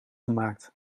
gemaakt